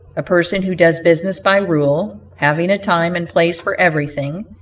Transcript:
a person who does business by rule, having a time and place for everything,